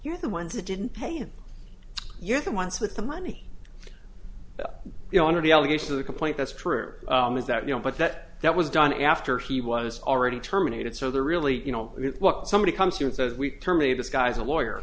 know the ones that didn't pay and you're the ones with the money you know under the allegation the complaint that's true is that you know but that that was done after he was already terminated so they're really you know what somebody comes here it says we terminate this guy's a lawyer